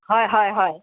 হয় হয় হয়